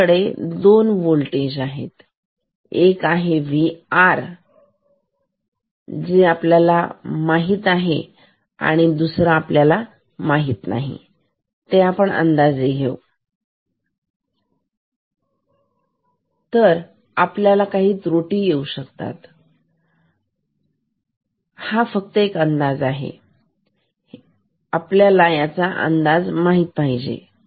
आपल्याकडे दोन होल्टेज आहेत एक आहे Vr जे माहित आहे आणि दुसरा माहित नाही तो आपण अंदाजे घेऊ जर आपल्याला माहित नसेल तर आपल्याला काही त्रुटी येऊ शकतात हा फक्त एक अंदाज आहे हे आपल्याला अंदाज माहित आहे